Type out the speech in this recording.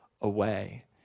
away